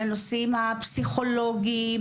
לנושאים הפסיכולוגיים,